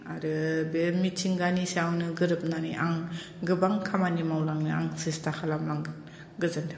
आरो बे मिथिंगानि सायावनो गोरोबनानै आं गोबां खामानि मावलांनो आं सेस्था खालामलांगोन गोजोन्थों